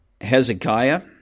Hezekiah